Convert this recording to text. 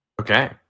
Okay